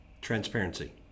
Transparency